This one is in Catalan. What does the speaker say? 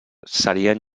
serien